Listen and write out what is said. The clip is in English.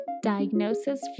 Diagnosis